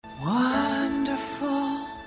Wonderful